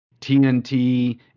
TNT